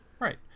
Right